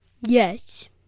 Yes